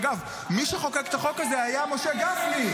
אגב, מי שחוקק את החוק הזה היה משה גפני.